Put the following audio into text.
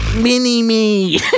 Mini-me